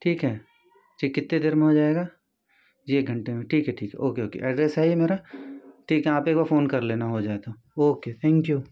ठीक है जी कितने देर में हो जाएगा जी एक घंटे में ठीक है ठीक है ओके ओके एड्रेस है ये मेरा ठीक है आप एक बार फ़ोन कर लेना हो जाए तो ओके थैंक यू